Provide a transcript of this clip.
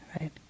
right